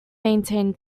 maintain